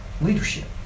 leadership